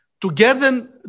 Together